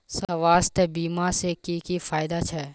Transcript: स्वास्थ्य बीमा से की की फायदा छे?